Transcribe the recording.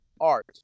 art